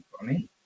funny